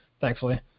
thankfully